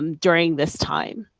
um during this time?